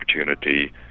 opportunity